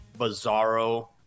bizarro